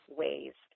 ways